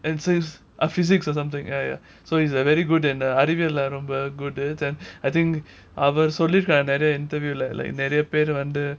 uh physics or something ya ya ya so he's uh very good and uh அறிவியல்ல ரொம்ப:ariviyalla romba good I think அவன் சொல்லிருக்கான் நிறைய:avan sollirukan neraya another interview நிறைய பேர் வந்து:niraya per vandhu